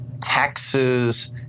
taxes